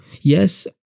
yes